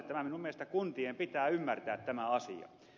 minun mielestäni kuntien pitää ymmärtää tämä asia